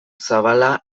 zabala